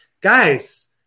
guys